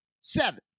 Seven